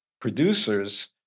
producers